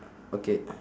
okay